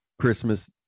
Christmas